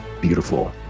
Beautiful